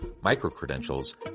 micro-credentials